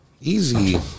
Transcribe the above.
Easy